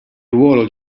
ruolo